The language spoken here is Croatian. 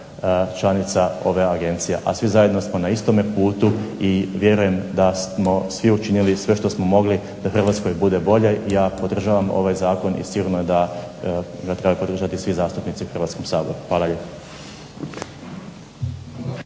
članica ove agencije, a svi zajedno smo na istome putu i vjerujem da smo svi učinili sve što smo mogli da Hrvatskoj bude bolje, i ja podržavam ovaj zakon i sigurno je da ga trebaju podržati svi zastupnici u Hrvatskom saboru. Hvala lijepa.